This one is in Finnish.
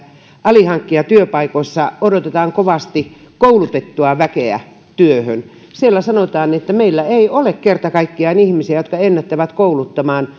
alihankkijatyöpaikoissa odotetaan kovasti koulutettua väkeä työhön siellä sanotaan että meillä ei ole kerta kaikkiaan ihmisiä jotka ennättävät kouluttamaan